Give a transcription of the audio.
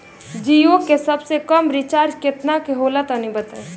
जीओ के सबसे कम रिचार्ज केतना के होला तनि बताई?